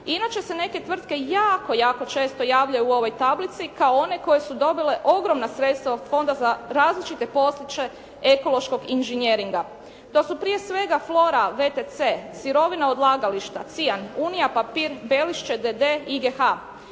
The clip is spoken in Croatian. Inače se neke tvrtke jako, jako često javljaju u ovoj tablici kao one koje su dobile ogromna sredstva Fonda za različite posliće ekološkog inžinjeringa. To su prije svega «Flora VTC», «Sirovina odlagališta», «Cijan», «Unija papir», «Belišće d.d.», «IGH».